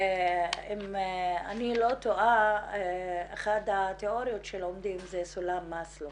אם אני לא טועה אחת התיאוריות שלומדים זה סולם מאסלו